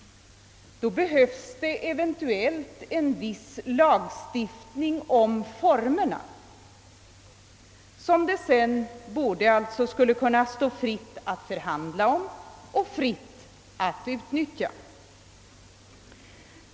Det behövs eventuellt en viss lagstiftning om formerna, som det sedan skulle kunna stå fritt att förhandla om och fritt att utnyttja.